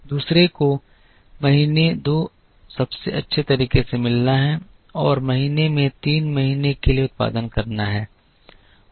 दूसरे को महीने दो सबसे अच्छे तरीके से मिलना है और महीने में तीन महीने के लिए उत्पादन करना है